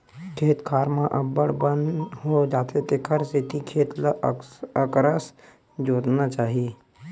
खेत खार म अब्बड़ बन हो जाथे तेखर सेती खेत ल अकरस जोतना चाही